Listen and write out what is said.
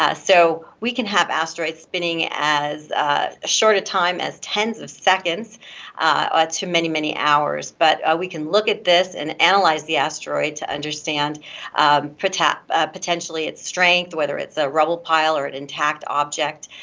ah so we can have asteroids spinning as short a time as tens of seconds ah to many, many hours, but ah we can look at this and analyze the asteroid to understand potentially ah potentially its strength, whether it's a rubble pile or an intact object.